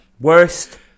Worst